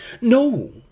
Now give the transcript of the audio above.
No